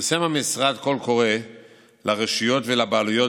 פרסם המשרד קול קורא לרשויות ולבעלויות,